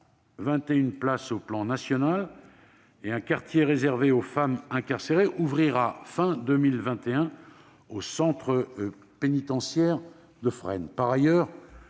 121 places sur le plan national et un quartier réservé aux femmes incarcérées ouvrira à la fin de l'année 2021 au centre pénitentiaire de Fresnes.